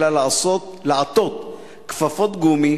אלא לעטות כפפות גומי,